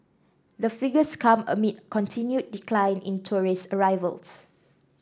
the figures come amid continued decline in tourist arrivals